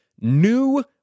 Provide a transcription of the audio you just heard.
new